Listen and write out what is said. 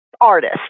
artist